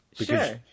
Sure